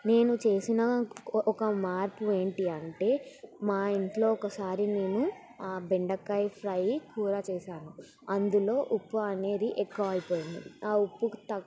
నేను చేసినా ఒక మార్పు ఏంటి అంటే మా ఇంట్లో ఒకసారి నేను బెండకాయ ఫ్రై కూర చేశాను అందులో ఉప్పు అనేది ఎక్కువ అయిపోయింది ఆ ఉప్పు